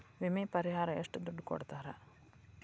ವಿಮೆ ಪರಿಹಾರ ಎಷ್ಟ ದುಡ್ಡ ಕೊಡ್ತಾರ?